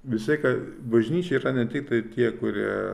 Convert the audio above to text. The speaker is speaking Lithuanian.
visai ka bažnyčia yra ne tiktai tie kurie